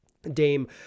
dame